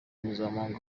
mpuzamahanga